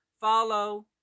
Follow